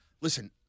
listen